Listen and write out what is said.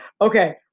Okay